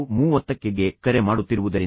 30 ಗೆ ಕರೆ ಮಾಡುತ್ತಿರುವುದರಿಂದ